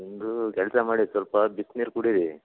ಒಂದು ಕೆಲಸ ಮಾಡಿ ಸ್ವಲ್ಪ ಬಿಸ್ನೀರು ಕುಡೀರಿ